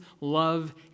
love